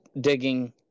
digging